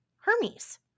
Hermes